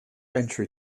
entry